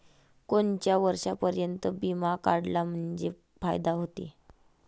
कोनच्या वर्षापर्यंत बिमा काढला म्हंजे फायदा व्हते?